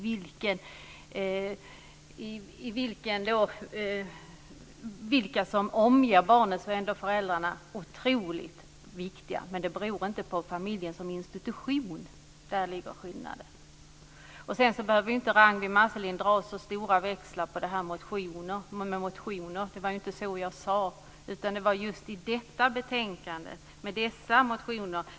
Oavsett vilka som omger barnen är föräldrarna otroligt viktiga. Men det handlar inte om familjen som institution. Där ligger skillnaden. Ragnwi Marcelind behöver inte dra så stora växlar när det gäller det här med motioner. Det var ju inte så jag sade. Det gällde just detta betänkande och dessa motioner.